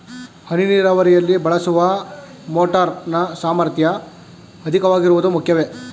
ಹನಿ ನೀರಾವರಿಯಲ್ಲಿ ಬಳಸುವ ಮೋಟಾರ್ ನ ಸಾಮರ್ಥ್ಯ ಅಧಿಕವಾಗಿರುವುದು ಮುಖ್ಯವೇ?